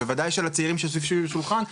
ובוודאי של הצעירים שיושבים סביב השולחן,